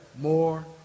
more